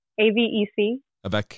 A-V-E-C